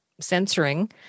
censoring